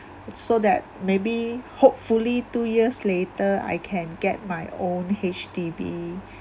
so that maybe hopefully two years later I can get my own H_D_B